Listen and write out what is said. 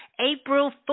April